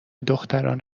دختران